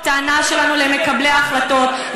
הטענה שלנו היא למקבלי ההחלטות,